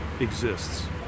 exists